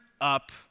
up